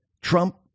Trump